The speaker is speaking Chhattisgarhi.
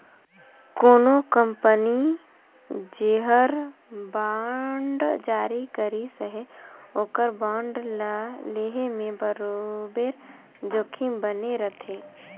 कोनो कंपनी जेहर बांड जारी करिस अहे ओकर बांड ल लेहे में बरोबेर जोखिम बने रहथे